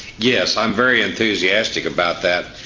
yes, i'm very enthusiastic about that.